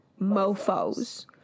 mofos